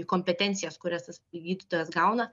kompetencijas kurias tas gydytojas gauna